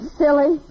silly